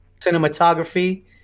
cinematography